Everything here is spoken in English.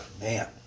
Man